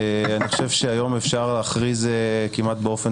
אני חושב שהיום אפשר להכריז כמעט באופן